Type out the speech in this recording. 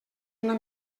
una